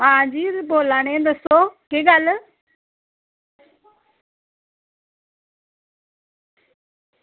हां जी बोला ने दस्सो केह् गल्ल